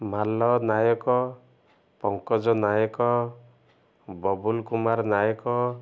Mal Nayak Pankaj Nayak Babul Kumar Nayak